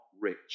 rich